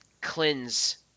cleanse